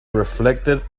reflected